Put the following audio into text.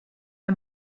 her